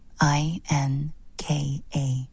I-N-K-A